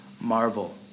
marvel